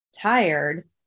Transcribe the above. tired